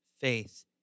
faith